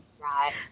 Right